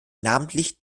namentlich